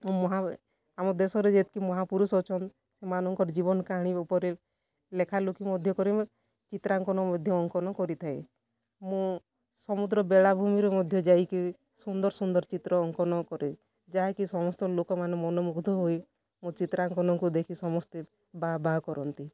ଆଉ ଆମ ଦେଶରେ ଯେତିକି ମହାପରୁଷ୍ ଅଛନ୍ ସେମାନଙ୍କର ଜୀବନ୍ କାହାଣୀ ଉପରେ ଲେଖାଲୁଖି ମଧ୍ୟ କରେ ମୁଇଁ ଚିତ୍ରାଙ୍କନ ମଧ୍ୟ ଅଙ୍କନ କରିଥାଏ ମୁଁ ସମୁଦ୍ର ବେଳାଭୂମିରେ ମଧ୍ୟ ଯାଇକିରି ସୁନ୍ଦର୍ ସୁନ୍ଦର୍ ଚିତ୍ର ଅଙ୍କନ କରେ ଯାହାକି ସମସ୍ତ ଲୋକମାନେ ମନମୁଗ୍ଧ ହୋଇ ମୋ ଚିତ୍ରାଙ୍କନକୁ ଦେଖି ସମସ୍ତେ ବାଃ ବାଃ କରନ୍ତି